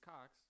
Cox